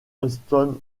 hudson